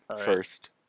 first